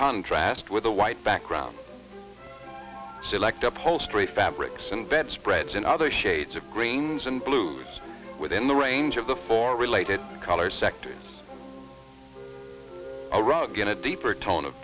contrast with a white background select upholstery fabrics and bedspreads and other shades of greens and blues within the range of the four related color sectors a rug in a deeper tone of